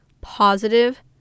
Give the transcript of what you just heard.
positive